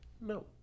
No